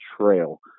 trail